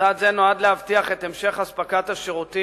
צעד זה נועד להבטיח את המשך אספקת השירותים